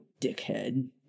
dickhead